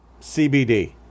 CBD